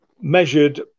measured